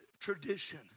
tradition